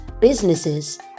businesses